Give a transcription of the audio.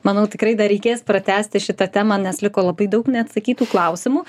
manau tikrai dar reikės pratęsti šitą temą nes liko labai daug neatsakytų klausimų